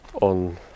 on